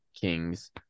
Kings